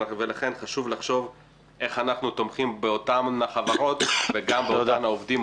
לכן חשוב לחשוב איך אנחנו תומכים באותן חברות וגם באותם העובדים,